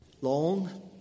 long